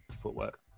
footwork